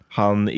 han